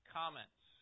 comments